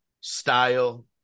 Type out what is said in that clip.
style